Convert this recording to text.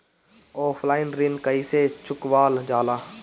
Offline ऋण कइसे चुकवाल जाला?